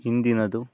ಹಿಂದಿನದು